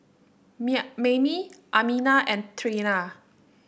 Mayme Amina and Trena